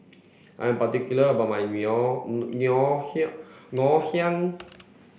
I'm particular about my Ngoh Ngoh Hiang Ngoh Hiang